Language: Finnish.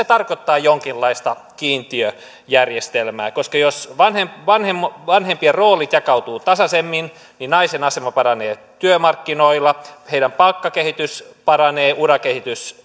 tarkoittaa jonkinlaista kiintiöjärjestelmää koska jos vanhempien roolit jakautuvat tasaisemmin niin naisten asema paranee työmarkkinoilla heidän palkkakehityksensä paranee urakehityksensä